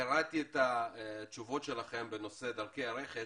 קראתי את התשובות שלכם בנושא דרכי הרכש